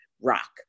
rock